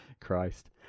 Christ